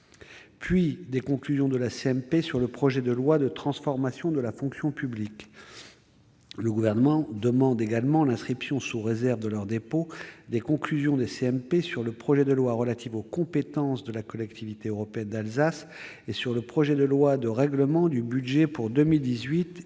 de la commission mixte paritaire sur le projet de loi de transformation de la fonction publique. Le Gouvernement demande également l'inscription, sous réserve de leur dépôt, des conclusions des commissions mixtes paritaires sur le projet de loi relatif aux compétences de la Collectivité européenne d'Alsace et sur le projet de loi de règlement du budget pour 2018,